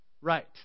Right